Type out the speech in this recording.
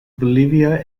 bolivia